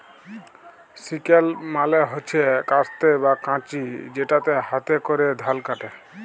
sickle মালে হচ্যে কাস্তে বা কাঁচি যেটাতে হাতে ক্যরে ধাল কাটে